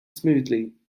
smoothly